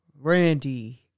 Randy